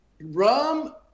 Rum